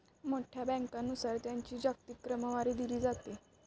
मोठ्या बँकांनुसार त्यांची जागतिक क्रमवारी दिली जाते